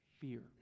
Fear